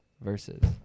versus